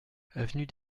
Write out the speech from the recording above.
avenue